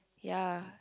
ya